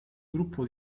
gruppo